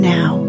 Now